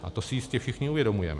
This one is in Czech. A to si jistě všichni uvědomujeme.